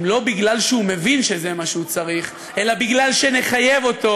אם לא בגלל שהוא מבין שזה מה שהוא צריך אלא בגלל שנחייב אותו,